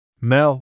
Mel